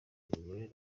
mugore